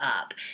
up